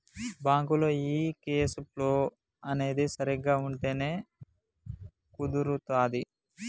బ్యాంకులో ఈ cash flow అనేది సరిగ్గా ఉంటేనే కుదురుతాది